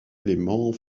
élément